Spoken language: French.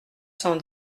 cent